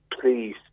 Please